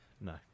No